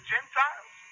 Gentiles